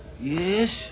Yes